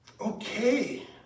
okay